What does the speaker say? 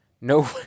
No